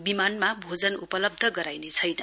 विमानमा भोजन उपलब्ध गराइने छैन